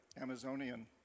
Amazonian